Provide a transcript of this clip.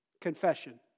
Confession